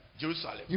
Jerusalem